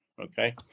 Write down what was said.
okay